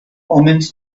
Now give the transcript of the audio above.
omens